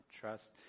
trust